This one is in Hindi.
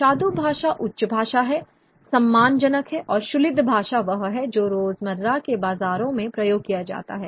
शादू भाषा उच्च भाषा है सम्मानजनक भाषा है और शूलिद भाषा वह है जो रोज़मर्रा के बाज़ारों में प्रयोग किया जाता है